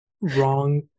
wrong